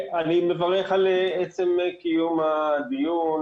אני מברך על עצם קיום הדיון.